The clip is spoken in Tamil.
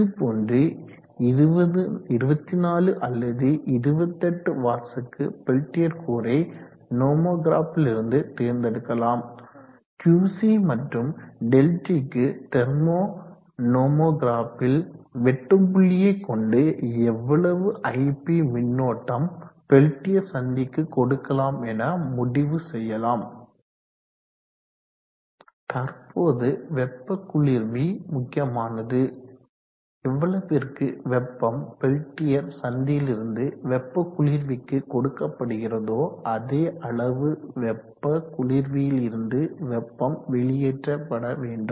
இதுபோன்று 24 அல்லது 28 வாட்ஸ்க்கு பெல்டியர் கூறை நோமோக்ராப் லிருந்து தேர்ந்தெடுக்கலாம் Qc மற்றும் ΔTக்கு தெர்மோ நோமோக்ராப்பில் வெட்டும் புள்ளியை கொண்டு எவ்வளவு ip மின்னோட்டம் பெல்டியர் சந்திக்கு கொடுக்கலாம் என முடிவு செய்யலாம் பார்வை காட்சி வில்லை நேரம் 3337 தற்போது வெப்ப குளிர்வி முக்கியமானது எவ்வளவிற்கு வெப்பம் பெல்டியர் சந்தியிலிருந்து வெப்ப குளிர்விக்கு கொடுக்கப்படுகிறதோ அதே அளவு வெப்ப குளிர்வியிலிருந்து வெப்பம் வெளியேற்றப்பட வேண்டும்